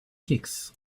kicks